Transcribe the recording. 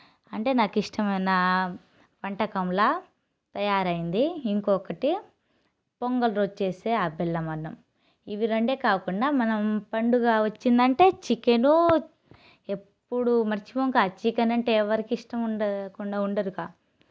అంటే నాకిష్టమైన వంటకంలా తయారైంది ఇంకొకటి పొంగల్ వచ్చేసే ఆ బెల్లం అన్నం ఇవి రెండే కాకుండా మనం పండుగా వచ్చిందంటే చికెను ఎప్పుడు మర్చిపోం ఇక చికెన్ అంటే ఎవరికి ఇష్టం ఉండకుండా ఉండదుగా